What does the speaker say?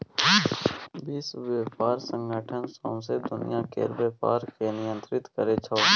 विश्व बेपार संगठन सौंसे दुनियाँ केर बेपार केँ नियंत्रित करै छै